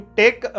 take